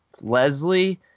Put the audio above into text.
Leslie